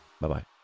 Bye-bye